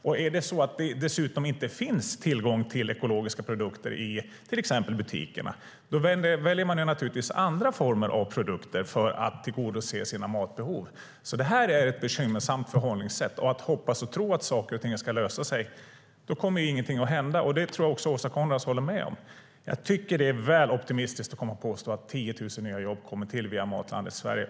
Om det dessutom inte finns tillgång till ekologiska produkter i till exempel butikerna väljer man naturligtvis andra produkter för att tillgodose sina matbehov. Det här är ett bekymmersamt förhållningssätt. Om man hoppas och tror att saker och ting ska lösa sig kommer ingenting att hända. Det tror jag att Åsa Coenraads håller med om. Jag tycker att det är väl optimistiskt att påstå att 10 000 nya jobb tillkommer via Matlandet Sverige.